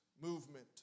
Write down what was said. movement